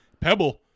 Pebble